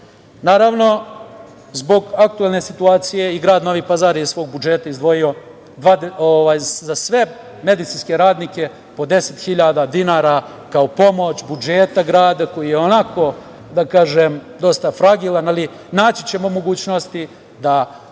zbog aktuelne situacije i grad Novi Pazar je iz svog budžeta izdvojio za sve medicinske radnike po 10.000 dinara, kao pomoć budžeta grada koji je onako, da kažem, dosta fragilan, ali naći ćemo mogućnosti da pokažemo